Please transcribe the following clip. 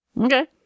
Okay